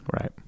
right